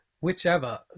whichever